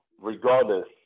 regardless